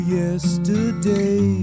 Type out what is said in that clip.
yesterday